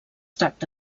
tracta